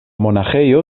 monaĥejo